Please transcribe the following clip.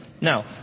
Now